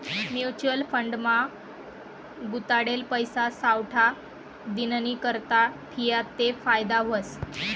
mutual fund मा गुताडेल पैसा सावठा दिननीकरता ठियात ते फायदा व्हस